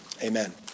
Amen